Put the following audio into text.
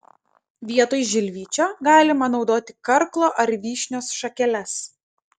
vietoj žilvičio galima naudoti karklo ar vyšnios šakeles